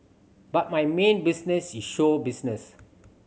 but my main business is show business